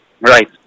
Right